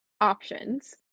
options